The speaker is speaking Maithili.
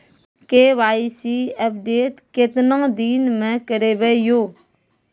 के.वाई.सी अपडेट केतना दिन मे करेबे यो?